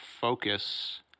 focus